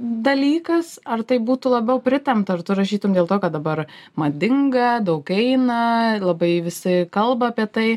dalykas ar tai būtų labiau pritempta ar tu rašytum dėl to kad dabar madinga daug eina labai visi kalba apie tai